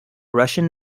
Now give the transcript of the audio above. russian